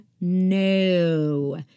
no